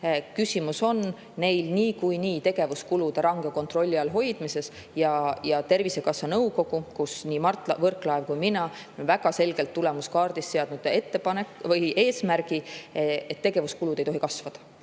Küsimus on neil tegevuskulude range kontrolli all hoidmises ja Tervisekassa nõukogu, kus oleme nii Mart Võrklaev kui mina, on väga selgelt tulemuskaardis seadnud eesmärgi, et tegevuskulud ei tohi kasvada.